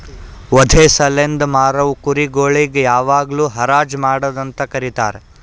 ವಧೆ ಸಲೆಂದ್ ಮಾರವು ಕುರಿ ಗೊಳಿಗ್ ಯಾವಾಗ್ಲೂ ಹರಾಜ್ ಮಾಡದ್ ಅಂತ ಕರೀತಾರ